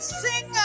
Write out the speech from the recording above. sing